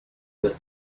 with